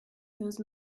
those